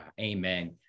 Amen